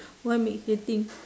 what makes you think